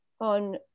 on